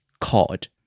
COD